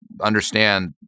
understand